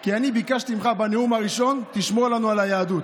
כי אני ביקשתי ממך בנאום הראשון: תשמור לנו על היהדות,